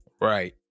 right